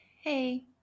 Hey